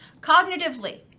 Cognitively